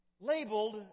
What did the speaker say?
labeled